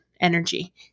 energy